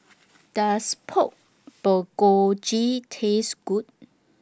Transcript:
Does Pork Bulgogi Taste Good